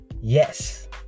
Yes